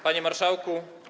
Panie Marszałku!